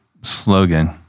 slogan